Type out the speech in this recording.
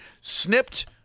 snipped